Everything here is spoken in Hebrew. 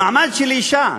למעמד של האישה,